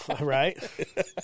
right